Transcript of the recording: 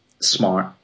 smart